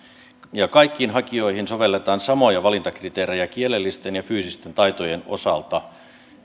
ja kaikkiin hakijoihin sovelletaan samoja valintakriteerejä kielellisten ja fyysisten taitojen osalta